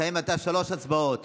נקיים עכשיו שלוש הצבעות